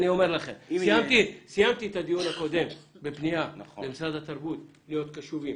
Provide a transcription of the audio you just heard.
סיימתי את הדיון הקודם בפנייה למשרד התרבות להיות קשובים.